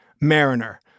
Mariner